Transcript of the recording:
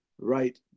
right